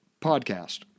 podcast